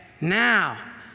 Now